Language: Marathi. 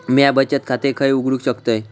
म्या बचत खाते खय उघडू शकतय?